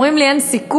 אומרים לי: אין סיכוי,